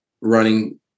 Running